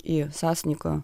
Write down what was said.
į sasniko